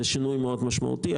זה שינוי מאוד משמעותי.